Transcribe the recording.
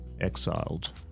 exiled